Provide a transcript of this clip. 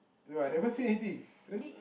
no I never say anything I just